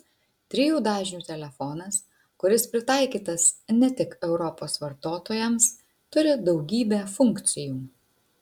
trijų dažnių telefonas kuris pritaikytas ne tik europos vartotojams turi daugybę funkcijų